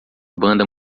banda